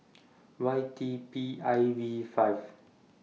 Y D P I V five